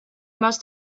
must